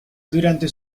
durante